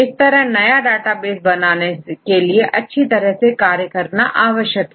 इस तरह नया डाटा बेस बनाने के लिए अच्छी तरह से कार्य करना आवश्यक है